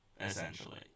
Essentially